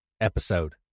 episode